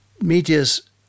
media's